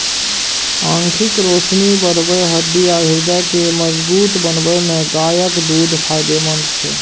आंखिक रोशनी बढ़बै, हड्डी आ हृदय के मजगूत बनबै मे गायक दूध फायदेमंद छै